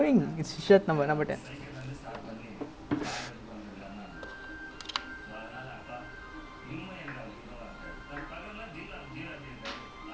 ya you know the they say there was this controversy around this skill like you know like the foul இருக்க போது:irukka pothu like um there's this there's this thing like he block but then he don't jump